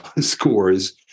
scores